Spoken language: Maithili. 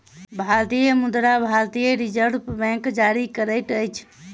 भारतीय मुद्रा भारतीय रिज़र्व बैंक जारी करैत अछि